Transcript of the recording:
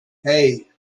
hey